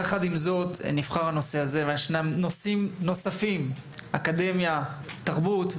יחד עם זאת, ישנם נושאים נוספים: אקדמיה ותרבות.